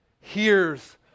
hears